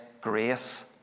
grace